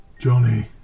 Johnny